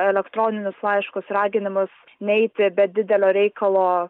elektroninius laiškus raginimus neiti be didelio reikalo